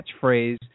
catchphrase